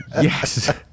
Yes